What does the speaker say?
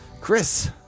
Chris